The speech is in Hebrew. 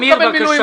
תמיר, בבקשה.